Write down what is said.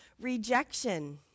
Rejection